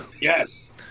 Yes